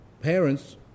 parents